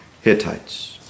Hittites